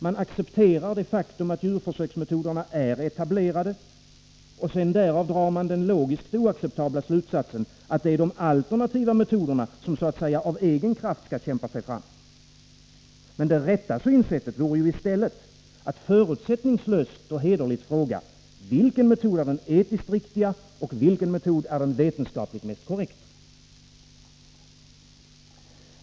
Man accepterar det faktum att djurförsöksmetoderna är etablerade, och därav drar man den logiskt oacceptabla slutsatsen att det är de alternativa metoderna som så att säga av egen kraft skall kämpa sig fram. Men det rätta synsättet vore ju i stället att förutsättningslöst och hederligt fråga: Vilken metod är den etiskt riktiga, och vilken metod är den vetenskapligt mest korrekta?